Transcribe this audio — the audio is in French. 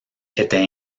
était